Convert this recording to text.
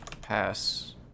pass